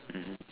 mmhmm